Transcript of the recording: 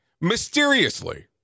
mysteriously